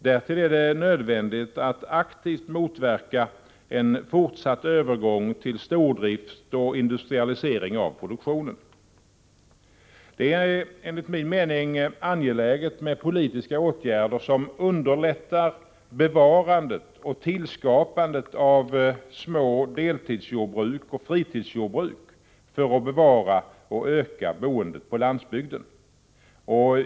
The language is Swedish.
Därtill är det nödvändigt att vi aktivt motverkar en fortsatt övergång till stordrift och industrialisering av produktionen. Det är enligt min mening angeläget med politiska åtgärder som underlättar bevarandet och tillskapandet av små deltidsjordbruk och fritidsjordbruk för att boendet på landsbygden skall bevaras och öka.